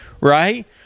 right